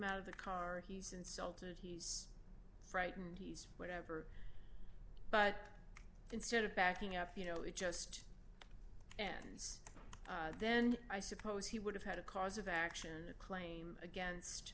out of the car he's insulted he's frightened he's whatever but instead of backing up you know it just ends then i suppose he would have had a cause of action a claim against